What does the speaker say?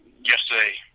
Yesterday